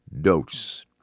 dose